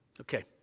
Okay